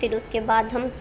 پھر اس کے بعد ہم